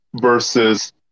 versus